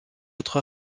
autre